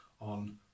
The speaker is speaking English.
on